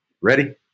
ready